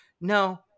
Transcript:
No